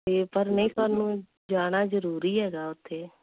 ਅਤੇ ਪਰ ਨਹੀਂ ਸਾਨੂੰ ਜਾਣਾ ਜ਼ਰੂਰੀ ਹੈਗਾ ਉੱਥੇ